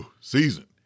season